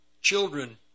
children